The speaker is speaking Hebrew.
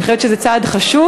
אני חושבת שזה צעד חשוב,